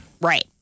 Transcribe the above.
Right